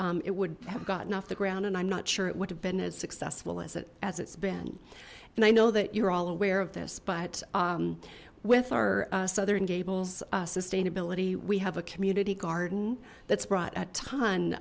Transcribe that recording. that it would have gotten off the ground and i'm not sure it would have been as successful is it as it's been and i know that you're all aware of this but with our southern gables sustainability we have a community garden that's brought a